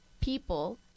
people